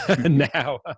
now